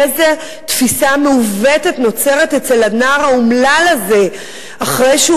איזו תפיסה מעוותת נוצרת אצל הנער האומלל הזה אחרי שהוא